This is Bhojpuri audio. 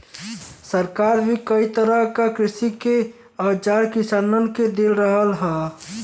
सरकार भी कई तरह क कृषि के औजार किसानन के दे रहल हौ